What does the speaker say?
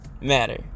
matter